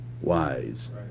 wise